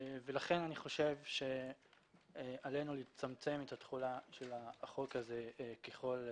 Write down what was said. לכן אני חושב שעלינו לצמצם את התחולה של החוק הזה ככל הניתן.